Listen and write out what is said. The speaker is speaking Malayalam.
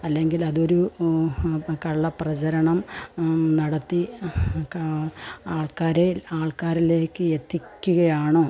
അല്ലെങ്കിലതൊരു കള്ളപ്രചരണം നടത്തി ആൾക്കാരെ ആൾക്കാരിലേക്ക് എത്തിക്കുകയാണോ